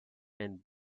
and